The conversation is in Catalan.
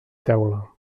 teula